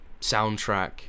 soundtrack